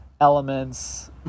elements